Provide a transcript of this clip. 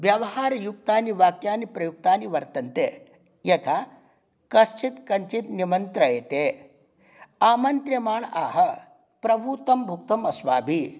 व्यवहारयुक्तानि वाक्यानि प्रयुक्तानि वर्तन्ते यथा कश्चित् कञ्चित् निमन्त्रयते आमन्त्र्यमाणः आह प्रभूतं भुक्तम् अस्माभिः